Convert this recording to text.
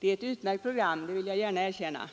Jag vill gärna erkänna att det är ett utmärkt program.